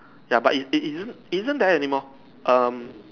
ya but it isn't it isn't there anymore um